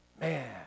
man